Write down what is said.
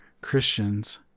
christians